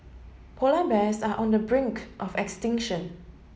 polar bears are on the brink of extinction